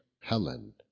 Helen